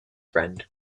friend